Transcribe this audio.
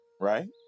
right